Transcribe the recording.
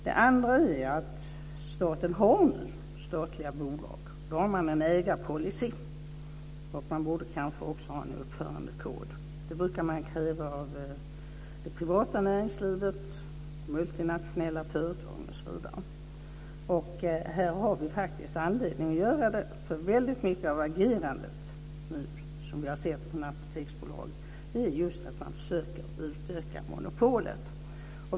Det andra är att staten nu har statliga bolag. Då har man en ägarpolicy. Man borde kanske också ha en uppförandekod. Det brukar man kräva av det privata näringslivet, de multinationella företagen osv. Här har vi faktiskt anledning att göra det. Väldigt mycket av det agerande som vi nu har sett från Apoteksbolaget handlar just om att man försöker utöka monopolet.